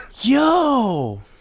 Yo